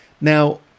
Now